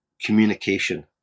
communication